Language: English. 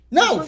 no